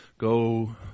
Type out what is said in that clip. go